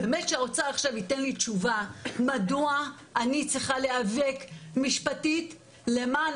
באמת שהאוצר עכשיו ייתן לי תשובה מדוע אני צריכה להיאבק משפטית למען